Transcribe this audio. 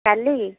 କାଲି